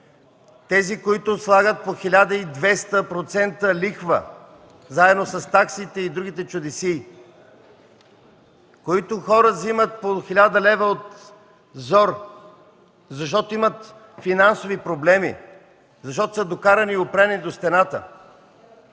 Тези, които слагат по 1200% лихва, заедно с таксите и другите чудесии, които хора взимат по 1000 лв. от зор, защото имат финансови проблеми, защото са докарани и опрени до стената.